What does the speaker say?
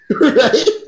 Right